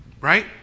right